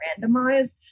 randomized